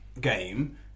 game